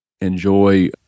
enjoy